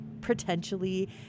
potentially